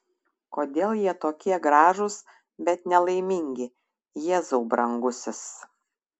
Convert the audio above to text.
kodėl jie tokie gražūs bet nelaimingi jėzau brangusis